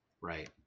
right